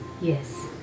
Yes